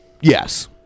Yes